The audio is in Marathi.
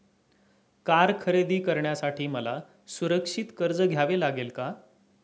कार खरेदी करण्यासाठी मला सुरक्षित कर्ज घ्यावे लागेल का?